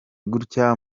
gutya